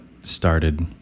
started